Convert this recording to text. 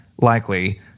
likely